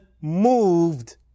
moved